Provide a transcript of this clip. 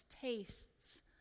tastes